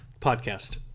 podcast